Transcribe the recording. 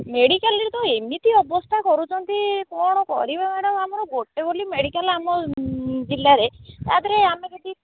ମେଡ଼ିକାଲରେ ତ ଏମିତି ଅବସ୍ଥା କରୁଛନ୍ତି କ'ଣ କରିବା ମ୍ୟାଡ଼ାମ୍ ଆମର ଗୋଟେ ବୋଲି ମେଡ଼ିକାଲ୍ ଆମ ଜିଲ୍ଲାରେ ତା'ଦେହରେ ଆମେ ସେଠି